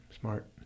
smart